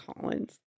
Collins